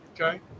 Okay